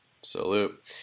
Absolute